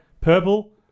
purple